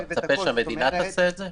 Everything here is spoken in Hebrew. אז אתה מצפה שהמדינה תעשה את זה?